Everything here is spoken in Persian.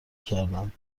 کردند